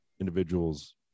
individuals